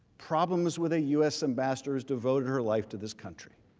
problems with the u s. ambassadors devoting her life to this country.